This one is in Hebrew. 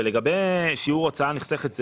ולגבי "שיעור הוצאה נחסכת",